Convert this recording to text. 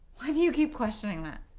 why do you keep questioning that?